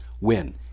win